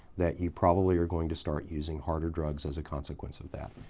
that you probably are going to start using harder drugs as a consequence of that.